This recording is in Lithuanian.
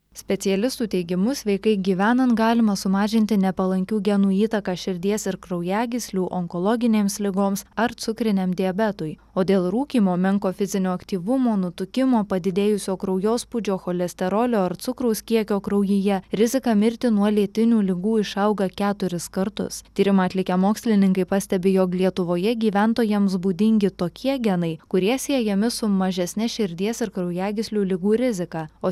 specialistų teigimu sveikai gyvenant galima sumažinti nepalankių genų įtaką širdies ir kraujagyslių onkologinėms ligoms ar cukriniam diabetui o dėl rūkymo menko fizinio aktyvumo nutukimo padidėjusio kraujospūdžio cholesterolio ar cukraus kiekio kraujyje rizika mirti nuo lėtinių ligų išauga keturis kartus tyrimą atlikę mokslininkai pastebi jog lietuvoje gyventojams būdingi tokie genai kurie siejami su mažesne širdies ir kraujagyslių ligų rizika o